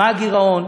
מה הגירעון?